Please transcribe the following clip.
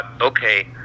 okay